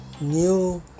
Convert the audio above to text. new